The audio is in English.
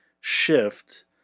shift